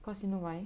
cause you know why